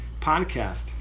podcast